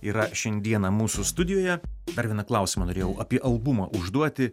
yra šiandieną mūsų studijoje dar vieną klausimą norėjau apie albumą užduoti